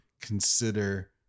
consider